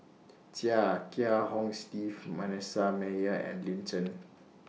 Chia Kiah Hong Steve Manasseh Meyer and Lin Chen